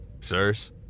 sirs